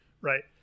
right